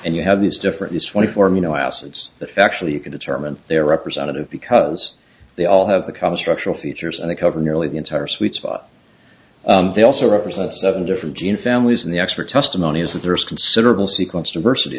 and you have these different these twenty four and you know acids that actually you can determine their representative because they all have the common structural features and they cover nearly the entire suite they also represent seven different gene families in the expert testimony is that there is considerable sequence diversity